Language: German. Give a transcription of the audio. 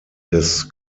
des